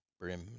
brim